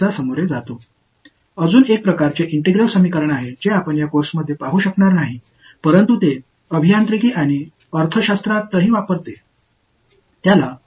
இந்த பாடத்திட்டத்தில் நாம் காணாத இன்னொரு வகையான ஒருங்கிணைந்த சமன்பாடு உள்ளது ஆனால் அவை பொறியியல் மற்றும் பொருளாதாரம் முழுவதும் கூட நிகழ்கின்றன